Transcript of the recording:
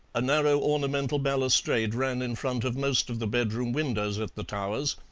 a narrow ornamental balustrade ran in front of most of the bedroom windows at the towers,